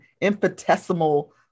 infinitesimal